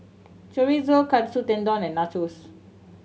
Chorizo Katsu Tendon and Nachos